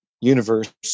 universe